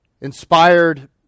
inspired